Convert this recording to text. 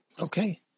Okay